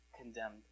condemned